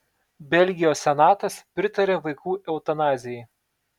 belgijos senatas pritarė vaikų eutanazijai